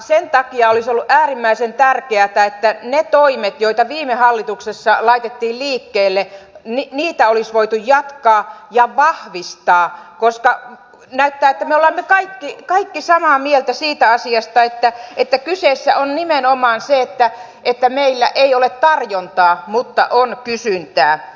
sen takia olisi ollut äärimmäisen tärkeätä että niitä toimia jotka viime hallituksessa laitettiin liikkeelle olisi voitu jatkaa ja vahvistaa koska näyttää siltä että me olemme kaikki samaa mieltä siitä asiasta että kyseessä on nimenomaan se että meillä ei ole tarjontaa mutta on kysyntää